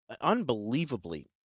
unbelievably